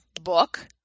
book